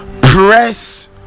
press